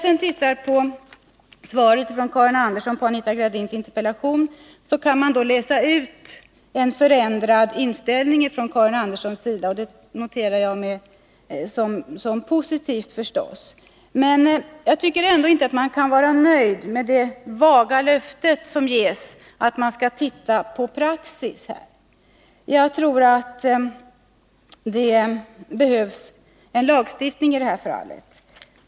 Ser man på Karin Anderssons svar på Anita Gradins interpellation, kan man märka en förändring av Karin Anderssons inställning, vilket jag naturligtvis noterar som någonting positivt. Jag tycker ändå inte att det går att vara nöjd med det vaga löftet att man skall se på praxis. Enligt min mening behövs det en lagstiftning på det här området.